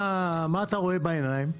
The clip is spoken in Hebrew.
מה אתה רואה בעיניים?